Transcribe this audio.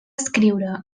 escriure